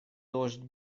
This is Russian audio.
дождь